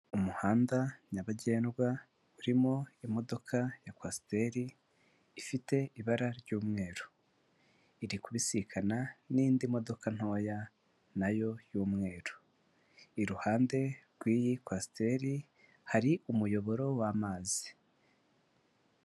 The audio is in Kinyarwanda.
Umuhanda nyabagendwa urimo imodoka ya kwasiteri ifite ibara ry'umweru. Iri kubisikana n'indi modoka ntoya na yo y'umweru. Iruhande rw'iyi kwasiteri hari umuyoboro w'amazi.